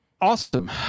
Awesome